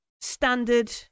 standard